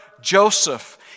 joseph